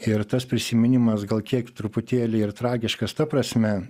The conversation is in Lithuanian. ir tas prisiminimas gal kiek truputėlį ir tragiškas ta prasme